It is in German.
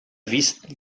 wissen